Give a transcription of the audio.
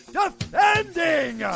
defending